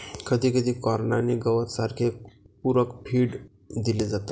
कधीकधी कॉर्न आणि गवत सारखे पूरक फीड दिले जातात